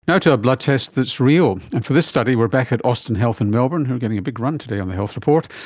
you know to a blood test that's real. and for this study we're back at austin health in melbourne, who are getting a big run today on the health report.